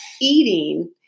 eating